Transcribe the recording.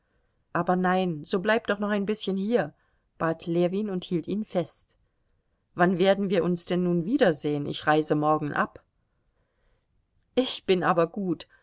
aber nein so bleib doch noch ein bißchen hier bat ljewin und hielt ihn fest wann werden wir uns denn nun wiedersehen ich reise morgen ab ich bin aber gut